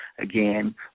Again